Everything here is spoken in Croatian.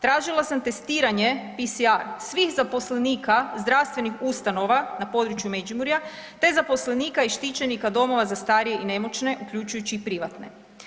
Tražila sam testiranje PCR svih zaposlenika zdravstvenih ustanova na području Međimurja te zaposlenika i štićenika domova za starije i nemoćne, uključujući i privatne.